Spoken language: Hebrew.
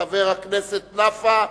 חבר הכנסת נפאע,